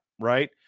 right